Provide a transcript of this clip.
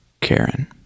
Karen